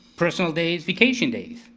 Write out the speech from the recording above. personal days, vacation days.